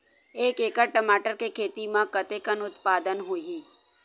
एक एकड़ टमाटर के खेती म कतेकन उत्पादन होही?